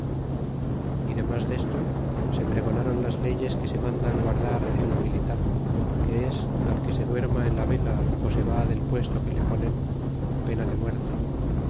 y demas desto se pregonaron las leyes que se mandan guardar en lo militar que es al que se duerma en la vela se va del puesto que le ponen pena de muerte